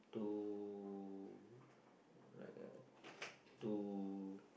to like a to